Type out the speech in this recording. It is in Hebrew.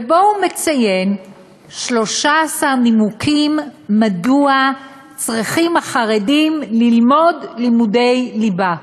ובו הוא מציין 13 נימוקים מדוע צריכים החרדים ללמוד לימודי ליבה.